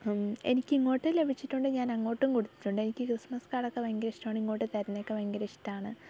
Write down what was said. എനിക്കിങ്ങോട്ടും ലഭിച്ചിട്ടുണ്ട് ഞാൻ അങ്ങോട്ടും കൊടുത്തിട്ടുണ്ട് എനിക്ക് ക്രിസ്മസ് കാർഡ് ഒക്കെ ഭയങ്കര ഇഷ്ടമാണ് ഇങ്ങോട്ട് തരുന്നതൊക്കെ ഭയങ്കര ഇഷ്ടമാണ്